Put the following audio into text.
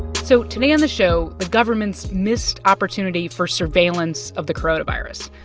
so today on the show, the government's missed opportunity for surveillance of the coronavirus,